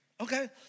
okay